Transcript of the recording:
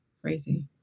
Crazy